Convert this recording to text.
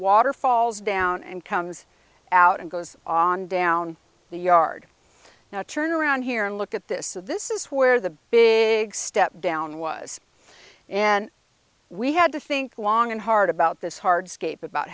water falls down and comes out and goes on down the yard now turn around here and look at this so this is where the big step down was and we had to think long and hard about this hard scape about